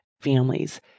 families